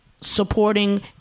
supporting